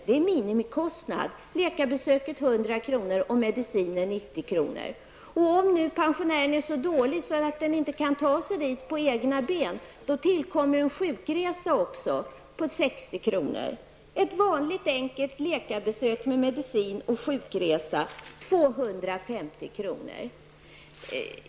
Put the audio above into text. Det är minimikostnaden. Om nu pensionären är så dålig att han eller hon inte kan ta sig till doktorn på egna ben, tillkommer en sjukresa på 60 kr. Ett vanligt, enkelt läkarbesök med medicin och sjukresa kostar alltså 250 kr.